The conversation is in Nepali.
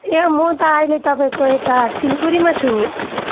ए म त अहिले तपाईँको यता सिलिगुडीमा छु नि